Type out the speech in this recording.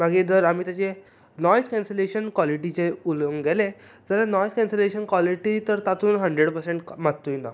मागीर जर आमी तेचें नॉयज कॅन्सलेशन कॉलिटीचे उलोवंक गेले जाल्यार नॉयस कॅन्सलेशन कॉलिटी तर तातुंत हंड्रेड पर्सेंट मात्तूय ना